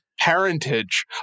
parentage